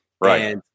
Right